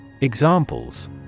Examples